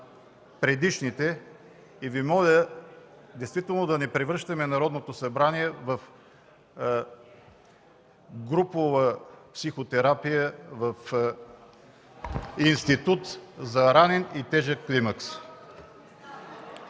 предишните и Ви моля действително да не превръщаме Народното събрание в групова психотерапия, в институт за ранен и тежък климакс.